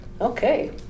Okay